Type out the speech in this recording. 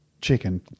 chicken